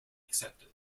accepted